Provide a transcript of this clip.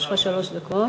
יש לך שלוש דקות.